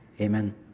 amen